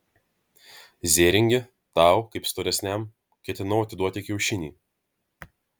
zėringi tau kaip storesniam ketinau atiduoti kiaušinį